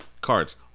cards